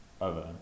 over